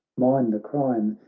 mine the crime,